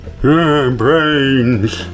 Brains